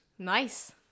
nice